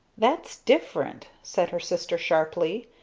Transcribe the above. that's different! said her sister sharply.